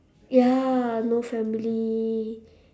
ya no family